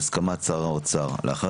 כ"ג בשבט התשפ"ג 14 בפברואר 2023. אני